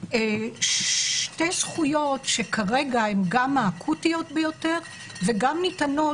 שתי זכויות שכרגע הן גם האקוטיות ביותר וגם ניתנות